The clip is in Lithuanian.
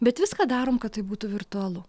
bet viską darom kad tai būtų virtualu